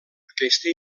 aquesta